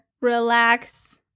Relax